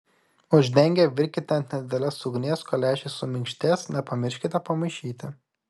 uždengę virkite ant nedidelės ugnies kol lęšiai suminkštės nepamirškite pamaišyti